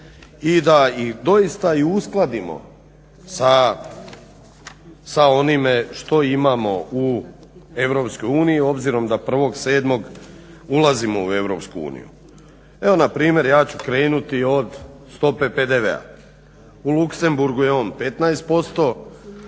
i da doista i uskladimo sa onime što imamo u EU obzirom da 1.07. ulazimo u EU. Evo npr. ja ću krenuti od stope PDV-a. U Luksemburgu je on 15%